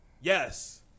Yes